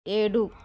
ఏడు